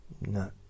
no